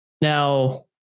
now